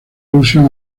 alusión